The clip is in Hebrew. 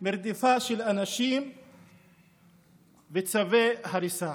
מרדיפה של אנשים וצווי הריסה.